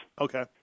Okay